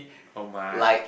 oh my